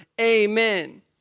Amen